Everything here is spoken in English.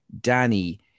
Danny